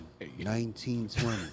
1920